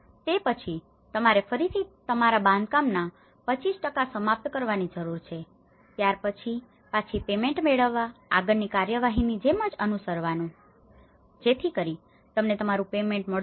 તે પછી તમારે ફરીથી તમારે તમારા બાંધકામના 25 સમાપ્ત કરવાની જરૂર છે ત્યાર પછી પાછી પેમેન્ટ payment ચુકવણી મેળવવા આગળની કાર્યવાહીની જેમ જ અનુસરવાનું જેથી તમને તમારું પેમેન્ટ payment ચુકવણી મળતું રહે